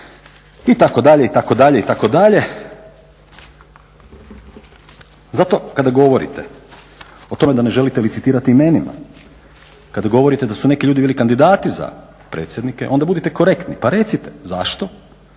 bio u pravu iskreno itd. Zato kada govorite o tome da ne želite licitirati imenima, kada govorite da su neki ljudi bili kandidati za predsjednike onda budite korektni pa recite zašto,